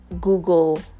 google